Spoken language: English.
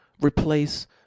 replace